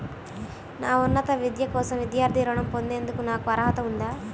నా ఉన్నత విద్య కోసం విద్యార్థి రుణం పొందేందుకు నాకు అర్హత ఉందా?